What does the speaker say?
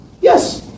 Yes